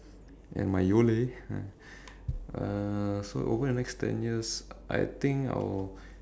and my Yole ah uh so over the next ten years I think I will